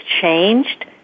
changed